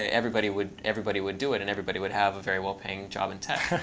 ah everybody would everybody would do it and everybody would have a very well-paying job in tech.